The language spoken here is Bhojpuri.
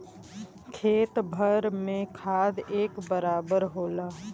खेत भर में खाद एक बराबर होला